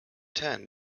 ten